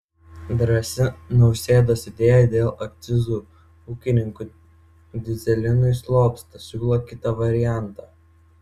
drąsi nausėdos idėja dėl akcizų ūkininkų dyzelinui slopsta siūlo kitą variantą